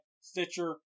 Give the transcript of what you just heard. Stitcher